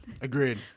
Agreed